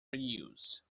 reuse